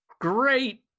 Great